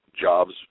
jobs